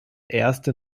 erste